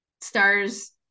stars